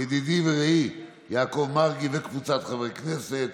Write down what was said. ידידי ורעי יעקב מרגי וקבוצת חברי הכנסת.